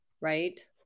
right